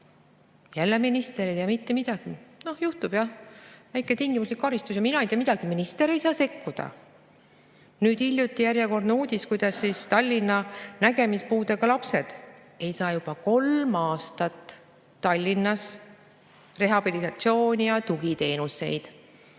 ei tea minister mitte midagi. "Noh juhtub, jah, väike tingimuslik karistus ja mina ei tea midagi." Minister ei saa sekkuda! Hiljuti tuli järjekordne uudis, kuidas Tallinna nägemispuudega lapsed ei saa juba kolm aastat Tallinnas rehabilitatsiooni‑ ja tugiteenuseid.